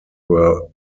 were